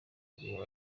umuryango